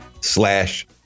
slash